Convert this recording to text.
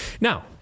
Now